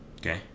okay